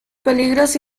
peligros